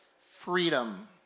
Freedom